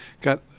got